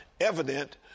evident